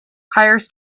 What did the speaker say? hires